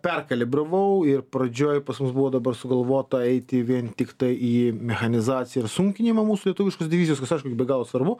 perkalibravau ir pradžioj pas mus buvo dabar sugalvota eiti vien tiktai į mechanizaciją ir sunkinimą mūsų lietuviškos divizijos aišku be galo svarbu